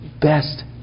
best